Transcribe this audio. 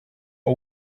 are